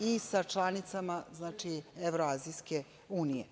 i sa članicama Evroazijske unije.